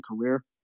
career